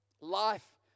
life